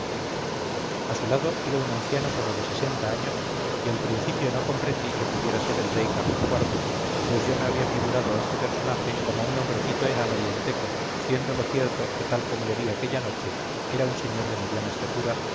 a su lado iba un anciano como de sesenta años y al principio no comprendí que pudiera ser el rey carlos iv pues yo me había figurado a este personaje como un hombrecito enano y enteco siendo lo cierto que tal como le vi aquella noche era un señor de mediana estatura